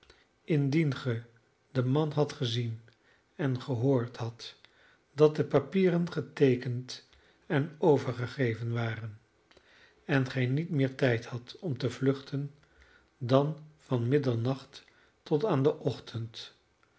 worden indien ge den man hadt gezien en gehoord had dat de papieren geteekend en overgegeven waren en gij niet meer tijd hadt om te vluchten dan van middernacht tot aan den ochtend hoe